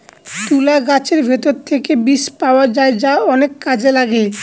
তুলা গাছের ভেতর থেকে বীজ পাওয়া যায় যা অনেক কাজে লাগে